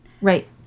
Right